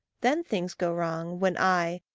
then things go wrong, when i,